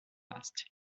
last